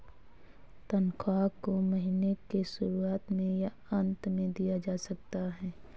तन्ख्वाह को महीने के शुरुआत में या अन्त में दिया जा सकता है